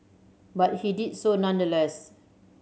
but he did so nonetheless